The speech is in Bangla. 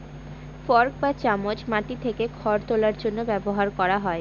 ফর্ক বা চামচ মাটি থেকে খড় তোলার জন্য ব্যবহার করা হয়